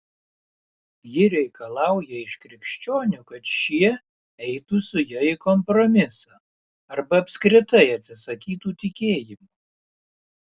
ji reikalauja iš krikščionių kad šie eitų su ja į kompromisą arba apskritai atsisakytų tikėjimo